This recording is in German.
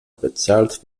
bezahlt